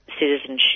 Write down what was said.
citizenship